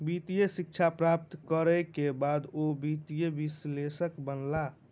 वित्तीय शिक्षा प्राप्त करै के बाद ओ वित्तीय विश्लेषक बनला